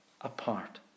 apart